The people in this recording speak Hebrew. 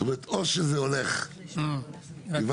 זאת אומרת, או שזה הולך, הבנת?